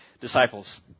disciples